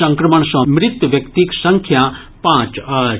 संक्रमण सँ मृत व्यक्तिक संख्या पांच अछि